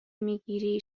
میگیری